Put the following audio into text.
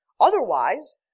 Otherwise